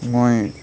মই